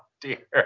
dear